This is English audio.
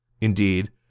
Indeed